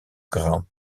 grant